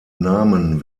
namen